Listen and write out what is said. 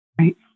Right